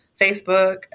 Facebook